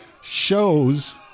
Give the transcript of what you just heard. shows